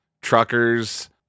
truckers